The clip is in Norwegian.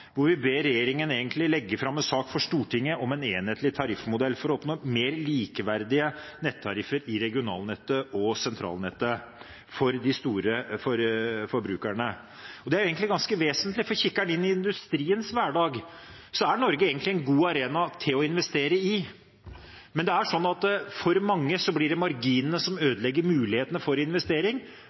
vi ber regjeringen legge fram en sak for Stortinget om en enhetlig tariffmodell for å oppnå mer likeverdige nettariffer i regionalnettet og sentralnettet for de store forbrukerne. Det er ganske vesentlig, for kikker en inn i industriens hverdag, så er Norge egentlig en god arena å investere i. Men for mange blir det marginene som ødelegger mulighetene for investering, og det er mange steder også slik at det er marginene som ødelegger for framtidsmulighetene. En vesentlig betingelse for